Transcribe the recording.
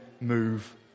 move